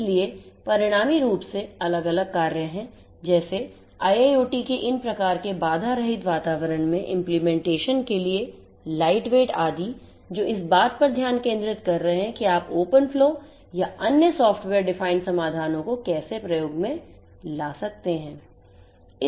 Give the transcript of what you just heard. इसलिए परिणामी रूप से अलग अलग कार्य हैं जैसे IIoT के इन प्रकार के बाधा रहित वातावरण में implementation के लिए light weight आदि जो इस बात पर ध्यान केंद्रित कर रहे हैं कि आप open flow या अन्य सॉफ़्टवेयर परिभाषित समाधानों को कैसे प्रयोग में ला सकते हैं